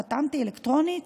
חתמתי אלקטרונית,